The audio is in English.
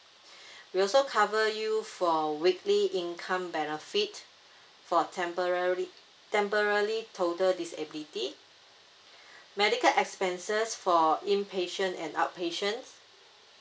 we also cover you for weekly income benefit for temporarily temporarily total disability medical expenses for inpatient and outpatient